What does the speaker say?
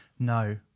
no